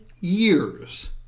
years